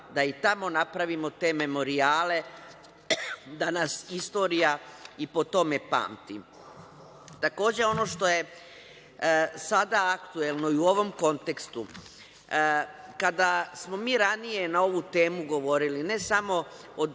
da i tamo napravimo te memorijale, da nas istorija i po tome pamti. Takođe, ono što je sada aktuelno i u ovom kontekstu, kada smo ranije na ovu temu govorili, ne samo od